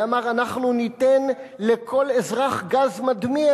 ואמר: אנחנו ניתן לכל אזרח גז מדמיע,